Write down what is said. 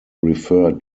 refer